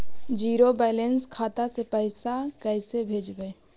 Zero balance खाता से पैसा कैसे भेजबइ?